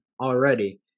already